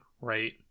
right